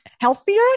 healthier